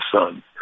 son